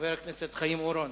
חבר הכנסת חיים אורון,